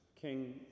king